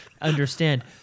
understand